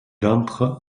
entre